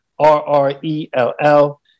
R-R-E-L-L